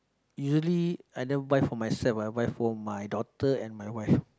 usually I never buy for myself I buy for my daughter and my wife